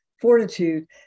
fortitude